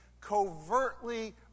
covertly